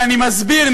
ואני מסביר,